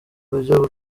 buryo